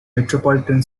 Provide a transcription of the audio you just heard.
metropolitan